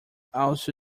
also